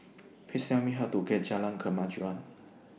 Please Tell Me How to get to Jalan Kemajuan